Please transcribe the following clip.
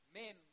men